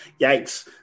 Yikes